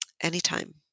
anytime